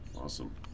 awesome